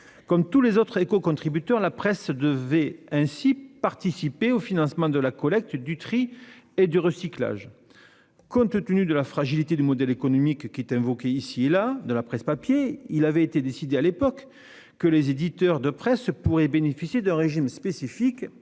Comme tous les autres écocontributeurs, la presse devait ainsi participer au financement de la collecte, du tri et du recyclage. Compte tenu de la fragilité, invoquée ici et là, du modèle économique de la presse papier, il avait été décidé à l'époque que les éditeurs concernés pourraient bénéficier d'un régime spécifique.